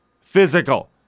Physical